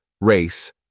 race